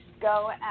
go